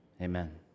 amen